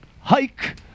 hike